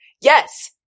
yes